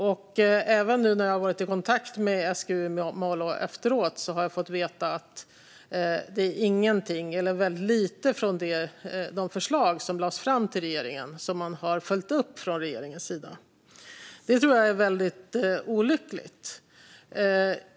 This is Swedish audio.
Även nu efteråt när jag har varit i kontakt med SGU i Malå har jag fått veta att det är inget eller väldigt lite från de förslag som lades fram för regeringen som man från regeringens sida har följt upp. Det tror jag är väldigt olyckligt.